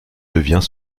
devient